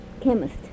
chemist